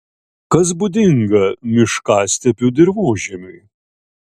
kas būdinga miškastepių dirvožemiui